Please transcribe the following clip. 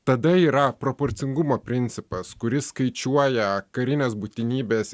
tada yra proporcingumo principas kuris skaičiuoja karinės būtinybės